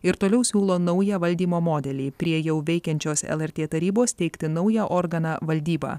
ir toliau siūlo naują valdymo modelį prie jau veikiančios lrt tarybos steigti naują organą valdybą